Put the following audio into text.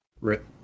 Rip